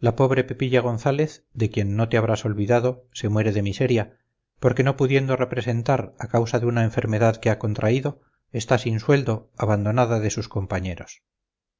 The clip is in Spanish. la pobre pepilla gonzález de quien no te habrás olvidado se muere de miseria porque no pudiendo representar a causa de una enfermedad que ha contraído está sin sueldo abandonada de sus compañeros